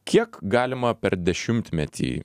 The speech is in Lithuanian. kiek galima per dešimtmetį